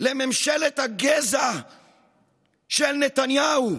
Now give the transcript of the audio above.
לממשלת הגזע של נתניהו.